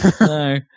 No